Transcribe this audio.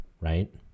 right